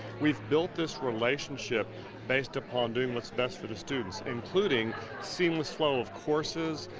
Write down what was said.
we've built this relationship based upon doing what's best for the students, including seamless flow of courses,